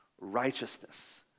righteousness